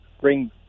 bring